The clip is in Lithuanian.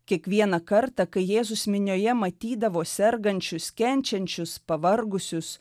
kiekvieną kartą kai jėzus minioje matydavo sergančius kenčiančius pavargusius